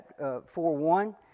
4-1